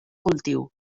cultiu